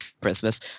Christmas